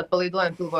atpalaiduojam pilvo